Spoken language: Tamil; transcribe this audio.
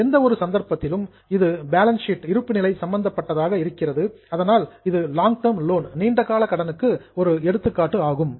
எந்த ஒரு சந்தர்ப்பத்திலும் இது பேலன்ஸ் ஷீட் இருப்புநிலை சம்பந்தப்பட்டதாக இருக்கிறது இது லாங் டெர்ம் லோன் நீண்ட கால கடனுக்கு ஒரு எடுத்துக்காட்டு ஆகும்